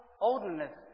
oldness